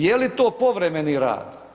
Je li to povremeni rad?